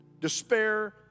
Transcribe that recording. despair